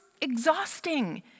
exhausting